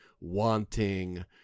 wanting